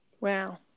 Wow